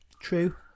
true